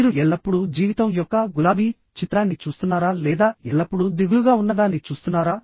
మీరు ఎల్లప్పుడూ జీవితం యొక్క గులాబీ చిత్రాన్ని చూస్తున్నారా లేదా ఎల్లప్పుడూ దిగులుగా ఉన్నదాన్ని చూస్తున్నారా